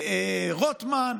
רוטמן.